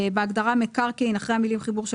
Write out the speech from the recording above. בהגדרה 'מקרקעין' אחרי המילים 'חיבור של